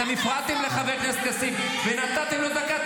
אתם הפרעתם לחבר הכנסת כסיף ונתתם לו דקה.